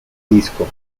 disco